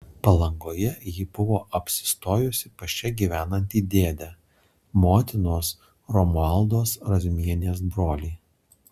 palangoje ji buvo apsistojusi pas čia gyvenantį dėdę motinos romualdos razmienės brolį